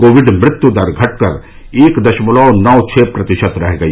Covid मृत्यू दर घटकर एक दशमलव नौ छह प्रतिशत रह गई